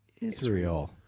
Israel